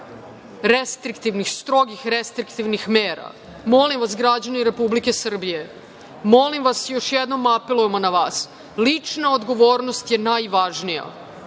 restriktivnih, strogih restriktivnih mera, molim vas, građani Republike Srbije, molim vas i još jednom apelujemo na sve vas, lična odgovornost je najvažnija.